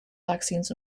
vaccines